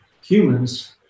humans